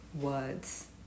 words